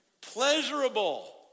Pleasurable